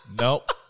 nope